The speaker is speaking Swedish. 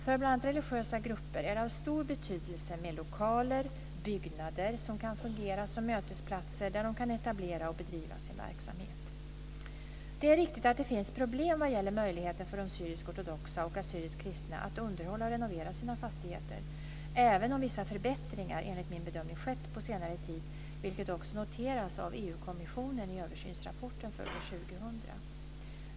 För bl.a. religiösa grupper är det av stor betydelse med lokaler - byggnader - som kan fungera som mötesplatser där de kan etablera och bedriva sin verksamhet. Det är riktigt att det finns problem vad gäller möjligheten för de syrisk-ortodoxa och assyriskt kristna att underhålla och renovera sina fastigheter, även om vissa förbättringar enligt min bedömning skett på senare tid vilket också noteras av EU kommissionen i översynsrapporten för år 2000.